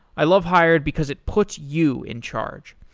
i love hired because it puts you in charge.